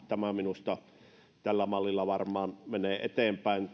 tämä poliisihallinto minusta tällä mallilla varmaan menee eteenpäin